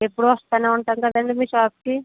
ఎప్పుడూ వస్తూనే ఉంటాం కదండీ మీ షాప్కి